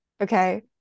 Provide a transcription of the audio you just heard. okay